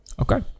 Okay